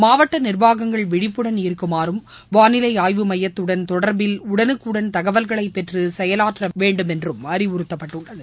மாவட்டநிர்வாகங்கள் விழிப்புடன் இருக்குமாறும் வானிலைஆய்வு மையத்துடன் தொடர்பில் உடனுக்குடன் தகவல்களைபெற்றுசெயலாற்றவேண்டும் என்றும் அறிவுறுத்தப்பட்டுள்ளது